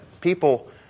people